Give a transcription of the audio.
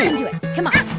and ooh, ah come on,